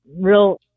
real